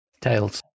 Tails